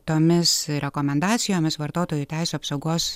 tomis rekomendacijomis vartotojų teisių apsaugos